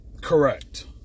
Correct